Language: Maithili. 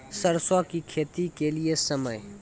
सरसों की खेती के लिए समय?